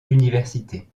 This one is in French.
d’université